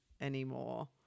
anymore